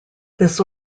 this